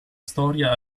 storia